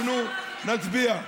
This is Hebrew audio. אנחנו נצביע,